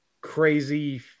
crazy